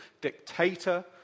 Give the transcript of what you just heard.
dictator